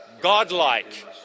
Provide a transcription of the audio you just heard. godlike